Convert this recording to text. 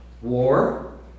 war